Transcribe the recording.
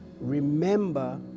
Remember